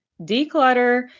declutter